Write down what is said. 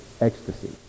ecstasy